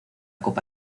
copa